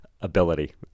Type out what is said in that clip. ability